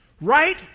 right